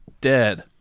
Dead